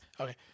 Okay